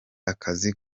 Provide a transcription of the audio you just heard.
akazi